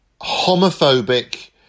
homophobic